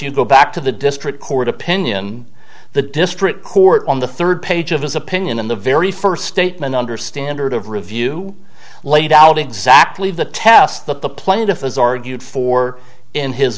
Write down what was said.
you go back to the district court opinion the district court on the third page of his opinion in the very first statement under standard of review laid out exactly the test that the plaintiff has argued for in his